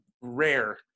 rare